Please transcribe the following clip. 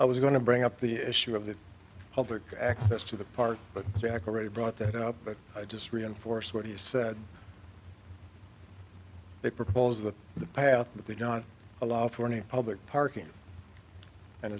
i was going to bring up the issue of the public access to the park but back already brought that up but i just reinforce what he said they propose that the path that they don't allow for any public parking and